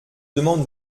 demande